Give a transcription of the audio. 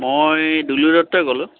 মই দুলু দত্তই ক'লোঁ